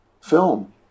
film